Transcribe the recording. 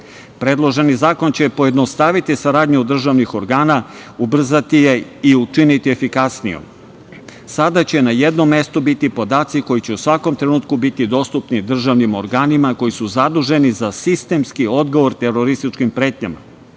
delovanju. Predloženi zakon će pojednostaviti saradnju državnih organa, ubrzati je i učiniti efikasnijom. Sada će na jednom mestu biti podaci koji će u svakom trenutku biti dostupni državnim organima koji su zaduženi za sistemski odgovor terorističkim pretnjama,